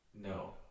No